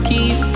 Keep